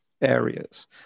areas